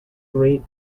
great